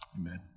Amen